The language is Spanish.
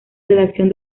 redacción